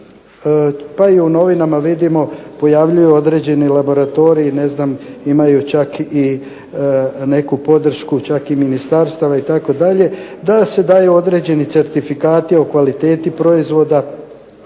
pa i u novinama vidimo pojavljuju određeni laboratoriji, ne znam imaju čak i neku podršku čak i ministarstava itd., da se daju određeni certifikati o kvaliteti proizvoda.